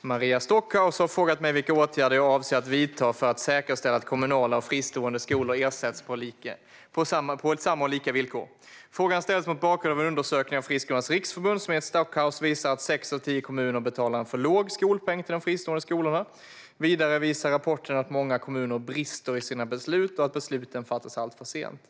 Maria Stockhaus har frågat mig vilka åtgärder jag avser att vidta för att säkerställa att kommunala och fristående skolor ersätts på lika villkor. Frågan ställs mot bakgrund av en undersökning av Friskolornas riksförbund som enligt Stockhaus visar att sex av tio kommuner betalar en för låg skolpeng till de fristående skolorna. Vidare visar rapporten att många kommuner brister i sina beslut och att besluten fattas alltför sent.